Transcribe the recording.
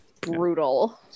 brutal